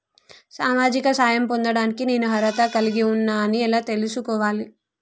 సామాజిక సహాయం పొందడానికి నేను అర్హత కలిగి ఉన్న అని ఎలా తెలుసుకోవాలి?